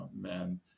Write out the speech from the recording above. men